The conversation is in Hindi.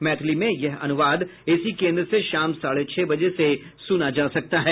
मैथिली में यह अनुवाद इसी केन्द्र से शाम साढ़े छह बजे से सुना जा सकता है